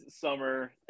summer